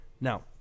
Now